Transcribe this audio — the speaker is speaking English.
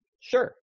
sure